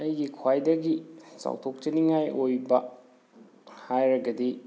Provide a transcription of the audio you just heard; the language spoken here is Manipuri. ꯑꯩꯒꯤ ꯈ꯭ꯋꯥꯏꯗꯒꯤ ꯆꯥꯎꯊꯣꯛ ꯆꯅꯤꯡꯉꯥꯏ ꯑꯣꯏꯕ ꯍꯥꯏꯔꯒꯗꯤ